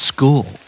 School